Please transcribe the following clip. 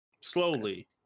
slowly